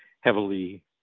heavily